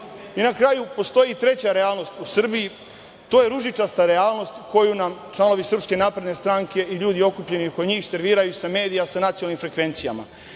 kraju, postoji i treća realnost u Srbiji. To je ružičasta realnost koju nam članovi SNS i ljudi okupljeni oko njih serviraju sa medija sa nacionalnim frekvencijama.